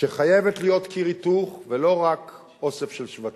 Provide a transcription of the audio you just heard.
שחייבת להיות כור היתוך, ולא רק אוסף של שבטים.